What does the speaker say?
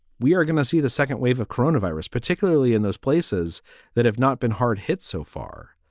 we are going to see the second wave of coronavirus, particularly in those places that have not been hard hit so far.